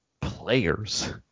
players